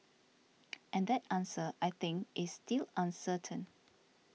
and that answer I think is till uncertain